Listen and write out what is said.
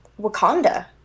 Wakanda